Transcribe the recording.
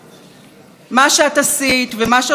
ומה שעושה קבוצה קטנה